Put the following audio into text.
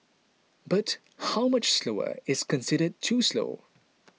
but how much slower is considered too slow